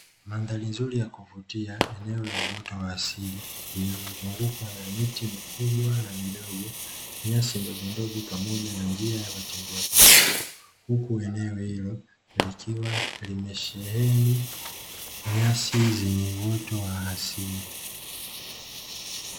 Mandhari nzuri ya kuvutia eneo la uoto wa asili lililozungukwa na miti mikubwa na midogo nyasi ndogo ndogo pamoja na njia ya watembea kwa miguu, huku eneo hilo likiwa limesheheni nyasi zenye uoto wa asili.